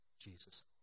Jesus